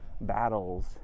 battles